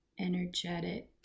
energetic